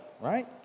right